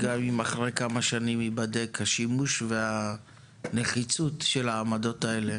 אחרי כמה שנים ייבדקו השימוש והנחיצות של העמדות האלה,